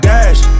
Dash